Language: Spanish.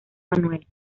manuel